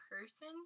person